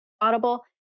audible